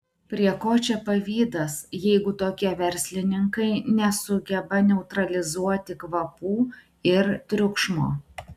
prie ko čia pavydas jeigu tokie verslininkai nesugeba neutralizuoti kvapų ir triukšmo